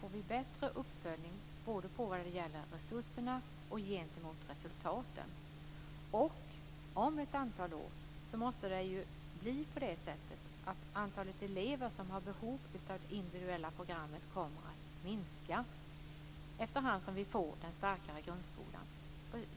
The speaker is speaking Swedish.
får vi bättre uppföljning både vad gäller resurserna och resultaten. Och om ett antal år måste det bli på det sättet att antalet elever som har behov av det individuella programmet kommer att minska efterhand som vi får den starkare grundskolan.